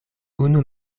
unu